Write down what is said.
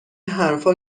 حرفا